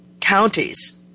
counties